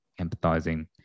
empathizing